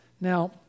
Now